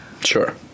Sure